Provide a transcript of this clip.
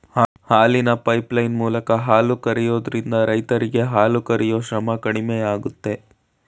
ಹಾಲಿನ ಪೈಪ್ಲೈನ್ ಮೂಲಕ ಹಾಲು ಕರಿಯೋದ್ರಿಂದ ರೈರರಿಗೆ ಹಾಲು ಕರಿಯೂ ಶ್ರಮ ಕಡಿಮೆಯಾಗುತ್ತೆ